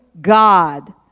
God